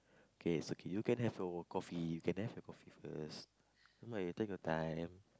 K is okay you can have your coffee you can have your coffee first never mind take your time